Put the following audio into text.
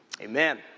amen